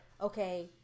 okay